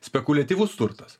spekuliatyvus turtas